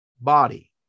body